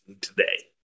today